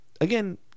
again